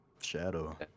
Shadow